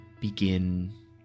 begin